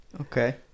Okay